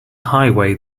highway